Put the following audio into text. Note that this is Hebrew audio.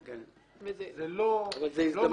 אבל זה תיקון לחקיקה ראשית.